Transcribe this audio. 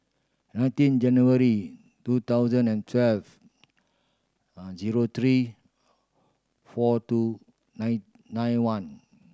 nineteen January two thousand and twelve zero three four two nine nine one